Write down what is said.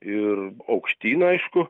ir aukštyn aišku